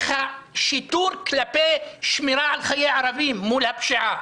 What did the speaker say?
השיטור כלפי שמירה על חיי ערבים מול הפשיעה